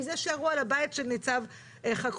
מזה שירו על הבית של ניצב חכרוש.